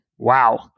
Wow